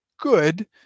good